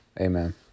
Amen